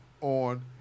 on